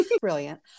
Brilliant